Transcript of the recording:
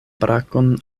brakon